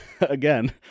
again